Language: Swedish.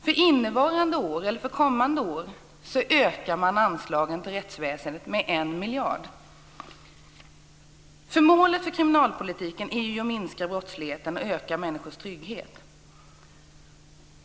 För kommande år ökar man anslagen till rättsväsendet med 1 miljard. Målet för kriminalpolitiken är ju att minska brottsligheten och öka människors trygghet.